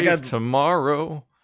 tomorrow